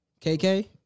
KK